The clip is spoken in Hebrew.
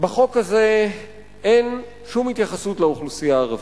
בחוק הזה אין שום התייחסות לאוכלוסייה הערבית.